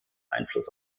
einfluss